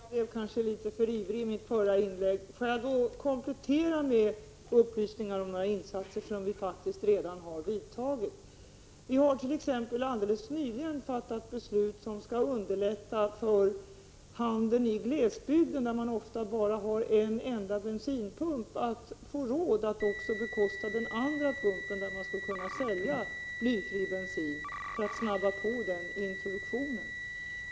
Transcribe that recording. Fru talman! Jag blev kanske litet för ivrig i mitt förra inlägg. Får jag komplettera med upplysningar om några insatser som vi faktiskt redan har vidtagit. För att påskynda introduktionen av blyfri bensin har vi t.ex. alldeles nyligen fattat beslut som skall underlätta för handeln i glesbygden — där man ofta bara har en enda bensinpump — att bekosta en ytterligare pump och därmed kunna sälja blyfri bensin.